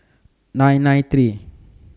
nine nine three